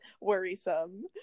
Worrisome